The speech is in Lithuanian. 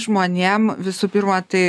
žmonėm visų pirma tai